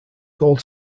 gold